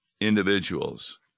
individuals